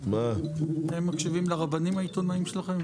רק בעלי הכוח עושים עיקוף.